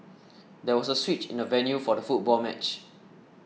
there was a switch in the venue for the football match